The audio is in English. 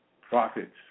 profits